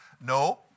No